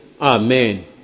Amen